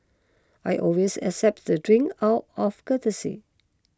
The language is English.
I always accept the drinks out of courtesy